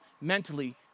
mentally